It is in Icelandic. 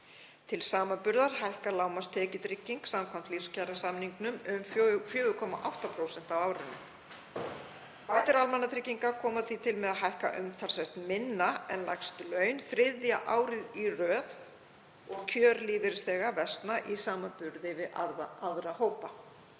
Til samanburðar hækkar lágmarkstekjutrygging samkvæmt lífskjarasamningunum um 4,8% á árinu. Bætur almannatrygginga koma því til með að hækka umtalsvert minna en lægstu laun þriðja árið í röð og kjör lífeyrisþega versna í samanburði við aðra hópa.